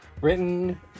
Written